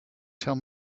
tell